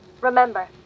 Remember